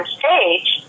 stage